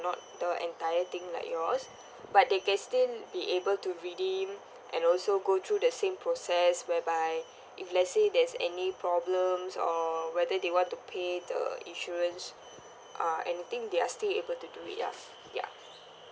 not the entire thing like yours but they can still be able to redeem and also go through the same process whereby if let's say there's any problems or whether they want to pay the insurance uh anything they're still able to do it ya ya